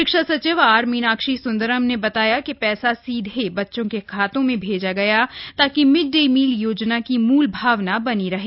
शिक्षा सचिव आर मीनाक्षी सुंदरम ने बताया कि पैसा सीधे बच्चों के खातों में भेजा गया ताकि मिड डे मील योजना की मूल भावना बनी रही